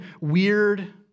weird